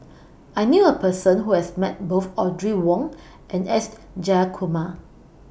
I knew A Person Who has Met Both Audrey Wong and S Jayakumar